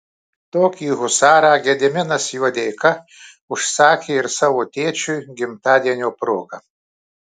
tokį husarą gediminas juodeika užsakė ir savo tėčiui gimtadienio proga